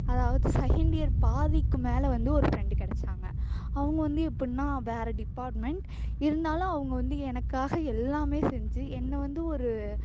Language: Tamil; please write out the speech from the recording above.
அதாவது செகண்ட் இயர் பாதிக்கு மேலே வந்து ஒரு ஃப்ரெண்டு கெடைச்சாங்க அவங்க வந்து எப்பிட்னா வேற டிப்பார்ட்மண்ட் இருந்தாலும் அவங்க வந்து எனக்காக எல்லாம் செஞ்சு என்னை வந்து ஒரு